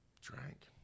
drank